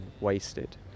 wasted